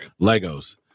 Legos